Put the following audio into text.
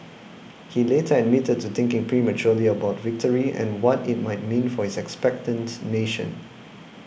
he later admitted to thinking prematurely about victory and what it might mean for his expectant nation